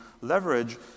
leverage